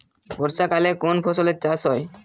বর্ষাকালে কোন ফসলের চাষ হয়?